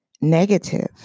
negative